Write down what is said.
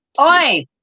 Oi